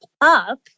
up